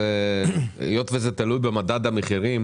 היות וזה תלוי במדד המחירים